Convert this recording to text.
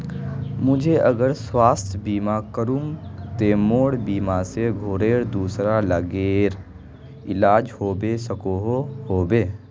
मुई अगर स्वास्थ्य बीमा करूम ते मोर बीमा से घोरेर दूसरा लोगेर इलाज होबे सकोहो होबे?